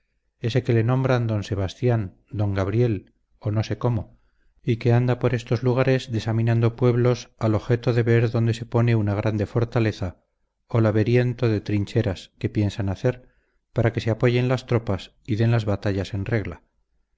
ese que le nombran d sebastián d grabiel o no sé cómo y que anda por estos lugares desaminando pueblos al ojeto de ver dónde se pone una grande fortaleza o laberiento de trincheras que piensan hacer para que se apoyen las tropas y den las batallas en regla